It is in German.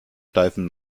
steifen